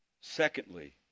Secondly